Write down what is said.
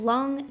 Long